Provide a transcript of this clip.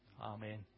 amen